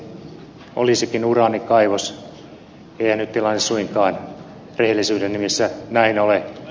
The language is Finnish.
eihän nyt tilanne suinkaan rehellisyyden nimissä näin ole